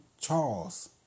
Charles